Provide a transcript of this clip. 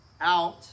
out